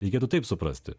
reikėtų taip suprasti